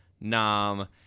Nam